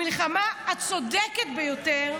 המלחמה הצודקת ביותר,